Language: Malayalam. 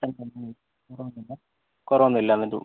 രണ്ടെണ്ണം കുറവൊന്നും ഇല്ല കുറവൊന്നും ഇല്ല എന്നിട്ടും